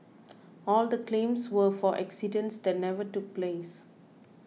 all the claims were for accidents that never took place